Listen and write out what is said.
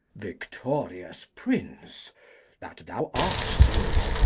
victorious prince that thou art so,